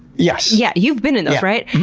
yes. yeah, you've been in those, right?